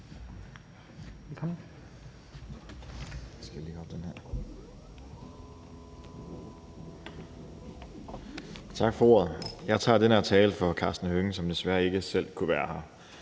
Tak for ordet. Jeg tager den her tale for Karsten Hønge, som desværre ikke har mulighed